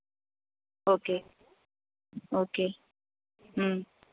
okay okay